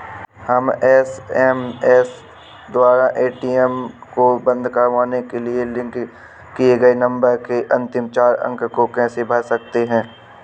हम एस.एम.एस द्वारा ए.टी.एम को बंद करवाने के लिए लिंक किए गए नंबर के अंतिम चार अंक को कैसे भर सकते हैं?